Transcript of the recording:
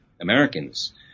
Americans